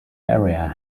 area